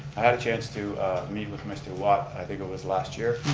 i had a chance to meet with mr. watt, i think it was last year,